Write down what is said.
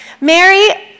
Mary